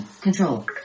Control